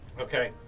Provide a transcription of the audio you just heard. okay